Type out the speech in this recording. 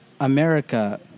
America